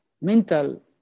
mental